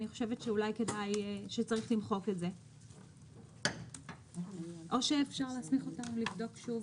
אני חושבת שצריך למחוק אותו או אפשר להסמיך אותנו לבדוק שוב.